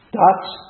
dots